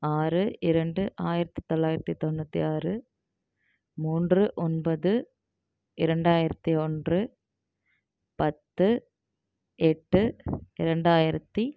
ஆறு இரண்டு ஆயிரத்து தொள்ளாயிரத்து தொண்ணூற்றி ஆறு மூன்று ஒன்பது இரண்டாயிரத்து ஒன்று பத்து எட்டு இரண்டாயிரத்து